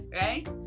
right